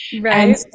Right